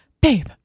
babe